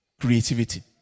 creativity